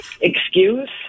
excuse